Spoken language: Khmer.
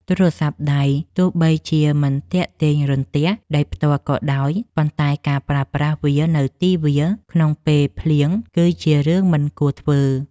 ទូរស័ព្ទដៃទោះបីជាមិនទាក់ទាញរន្ទះដោយផ្ទាល់ក៏ដោយ ប៉ុន្តែការប្រើប្រាស់វានៅទីវាលក្នុងពេលភ្លៀងគឺជារឿងមិនគួរធ្វើ។